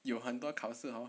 有很多考试 hor